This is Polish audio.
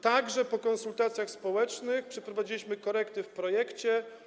Tak że po konsultacjach społecznych przeprowadziliśmy korekty w projekcie.